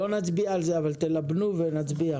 לא נצביע על זה אבל תלבנו את זה ואז נצביע.